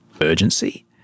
urgency